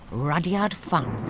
rudyard funn,